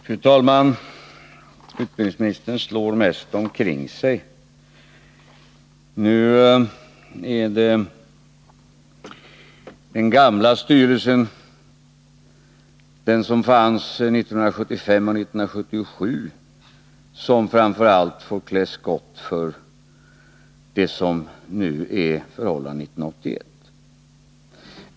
Fru talman! Utbildningsministern slår mest omkring sig. Nu är det den gamla styrelsen, den som fanns 1975 och 1977, som framför allt får klä skott för förhållandena nu, 1981.